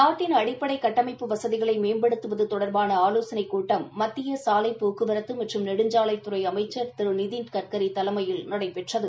நாட்டின் அடிப்படை கட்டமைப்பு வசதிகளை மேம்படுத்துவது தொடர்பான ஆலோகனைக் கூட்டம் மத்திய சாலை போக்குவரத்து மற்றும் நெடுஞ்சாலைத்துறை அமைச்சா் திரு நிதின் கட்காி தலைமையில் நடைபெற்றது